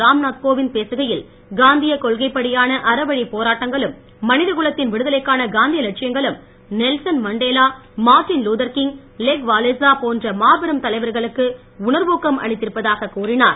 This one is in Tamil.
ராம்நாத் கோவிந்த் பேசுகையில் அறவழிப் போராட்டங்களும் மனிதகுலத்தின் விடுதலைக்கான காந்திய லட்சியங்களும் Nelson Mandela Martin Luther King Lech Walesa போன்ற மாபெரும் தலைவர்களக்கு உணர்வூக்கம் அளித்திருப்பதாகக் கூறினார்